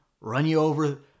run-you-over